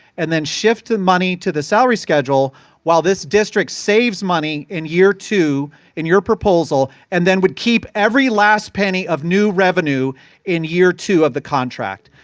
and then shift the money to the salary schedule while this district saves money in year two in your proposal and then would keep every last penny of new revenue in year two of the contract.